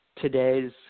today's